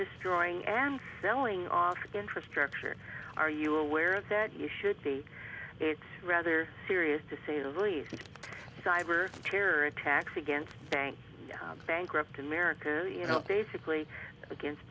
destroying and selling off the infrastructure are you aware that you should be it's rather serious to say the least cyber terror attacks against bank bankrupt america you know basically against